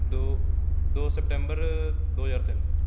ਦੋ ਦੋ ਸੈਪਟੰਬਰ ਦੋ ਹਜ਼ਾਰ ਤਿੰਨ